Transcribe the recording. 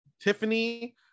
Tiffany